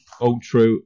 Ultra